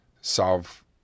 solve